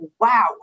wow